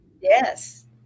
Yes